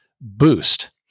boost